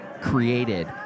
created